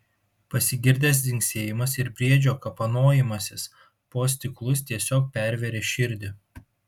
pasigirdęs dzingsėjimas ir briedžio kapanojimasis po stiklus tiesiog pervėrė širdį